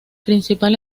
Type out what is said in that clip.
principal